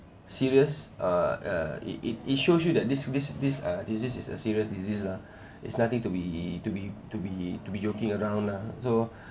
serious err uh it it it shows you that this this this uh this is a serious disease lah it's nothing to be to be to be to be joking around lah so